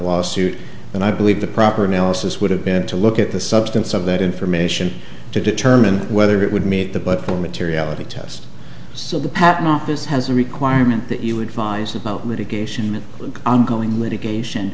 lawsuit and i believe the proper analysis would have been to look at the substance of that information to determine whether it would meet the but materiality test so the patent office has a requirement that you advise about medication an ongoing litigation